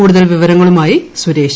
കൂടുതൽ വിരങ്ങളുമായി സുരേഷ്